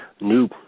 new